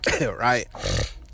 Right